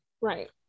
Right